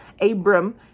Abram